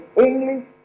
English